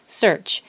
Search